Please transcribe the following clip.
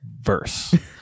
verse